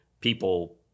people